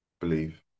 believe